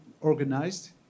organized